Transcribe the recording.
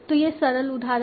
तो यह सरल उदाहरण है